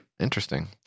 Interesting